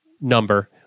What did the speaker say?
number